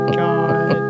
god